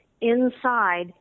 inside